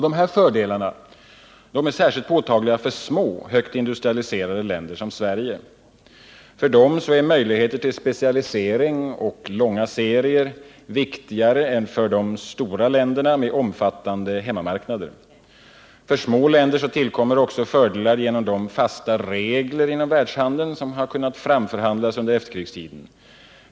De här fördelarna är särskilt påtagliga för små, högt industrialiserade länder som Sverige. För dem är möjligheter till specialisering och till långa serier viktigare än för de stora länderna med omfattande hemmamarknader. För små länder tillkommer också fördelar genom de fasta regler inom världshandeln som kunnat framförhandlas under efterkrigstiden.